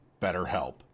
BetterHelp